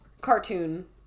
cartoon-